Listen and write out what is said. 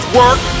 work